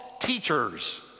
teachers